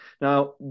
Now